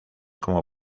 como